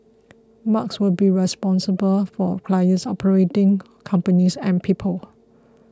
Mark will be responsible for clients operating companies and people